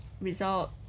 result